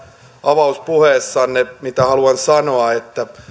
avauspuheessanne sen mitä haluan sanoa että